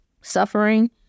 suffering